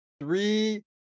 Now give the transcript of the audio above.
three